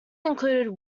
included